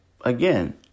Again